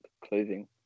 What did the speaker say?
clothing